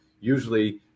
usually